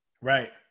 right